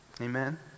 Amen